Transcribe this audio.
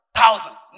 thousands